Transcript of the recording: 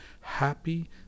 Happy